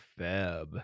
feb